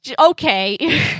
Okay